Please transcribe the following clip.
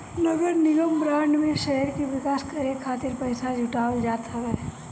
नगरनिगम बांड में शहर के विकास करे खातिर पईसा जुटावल जात हवे